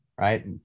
right